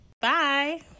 Bye